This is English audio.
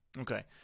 Okay